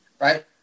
right